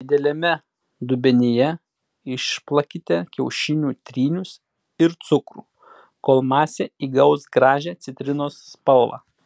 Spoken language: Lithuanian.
dideliame dubenyje išplakite kiaušinių trynius ir cukrų kol masė įgaus gražią citrinos spalvą